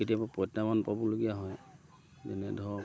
কেতিয়াবা প্ৰত্যাহ্বান পাবলগীয়া হয় যেনে ধৰক